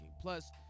Plus